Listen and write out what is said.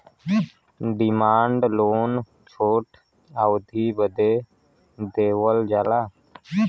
demand loan छोट अवधी बदे देवल जाला